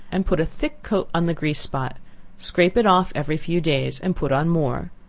and put a thick coat on the grease spot scrape it off every few days, and put on more.